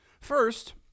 First